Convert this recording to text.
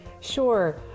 Sure